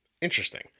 Interesting